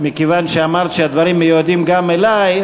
מכיוון שאמרת שהדברים מיועדים גם אלי,